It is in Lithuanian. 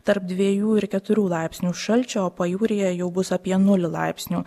tarp dviejų ir keturių laipsnių šalčio pajūryje jau bus apie nulį laipsnių